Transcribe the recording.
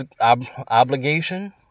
obligation